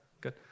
Good